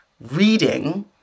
reading